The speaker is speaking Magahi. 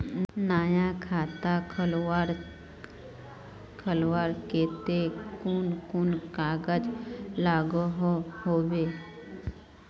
नया खाता खोलवार केते कुन कुन कागज लागोहो होबे?